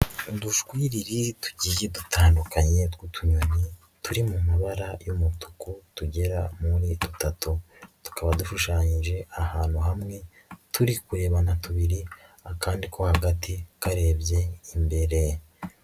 Udushwiriri tugiye dutandukanye tw'utunyoni, turi mu mabara y'umutuku tugera muri dutatu, tukaba dushushanyije ahantu hamwe turi kurebana tubiri, akandi ko hagati karebye imbere.